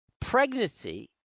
pregnancy